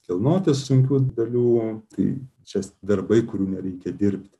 kilnoti sunkių dalių tai čia darbai kurių nereikia dirbti